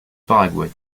paraguay